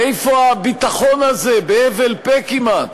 מאיפה הביטחון הזה, בהבל פה כמעט,